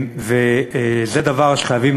זה דבר שחייבים